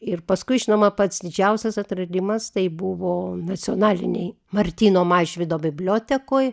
ir paskui žinoma pats didžiausias atradimas tai buvo nacionalinėj martyno mažvydo bibliotekoj